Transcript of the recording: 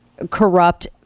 corrupt